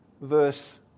verse